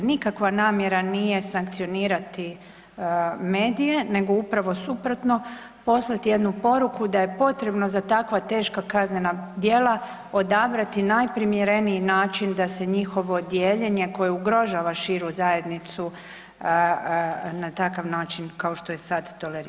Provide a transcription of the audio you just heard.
Nikakva namjera nije sankcionirati medije nego upravo suprotno poslat jednu poruku da je potrebno za takva teška kaznena djela odabrati najprimjereniji način da se njihovo dijeljenje koje ugrožava širu zajednicu na takav način kao što je sad tolerira.